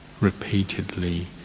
repeatedly